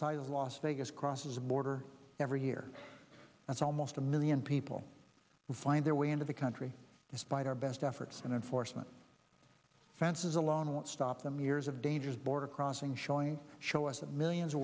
of los vegas crosses the border every year that's almost a million people who find their way into the country despite our best efforts and enforcement fences alone won't stop them years of dangerous border crossing showing show us that millions